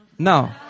No